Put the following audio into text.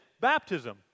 baptism